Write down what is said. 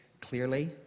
clearly